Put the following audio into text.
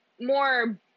more